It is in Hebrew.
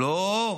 לא,